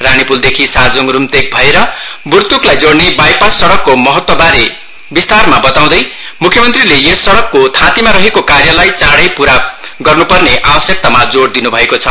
रानीपूलदेखि साजोङ रूम्तेक भएर बुर्तुकलाई जोड़ने बाईपास सड़कको महत्व बारे विस्तारमा बताउदै मुख्य मन्त्रीले यस सड़कको थातिमा रहेको कार्यलाई चाडै पूरा गर्न् पर्ने आवश्यकतामा जोर दिन् भएको छ